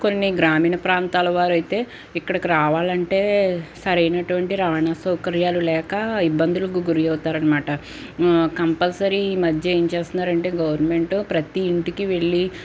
కొన్ని గ్రామీణ ప్రాంతాలు వారైతే ఇక్కడికి రావాలంటే సరైనటువంటి రవాణా సౌకర్యాలు లేక ఇబ్బందులకు గురి అవుతారనమాట కంపల్సరీ ఈ మధ్య ఏం చేస్తున్నారంటే గవర్నమెంట్ ప్రతీ ఇంటికి వెళ్లి